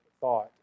thought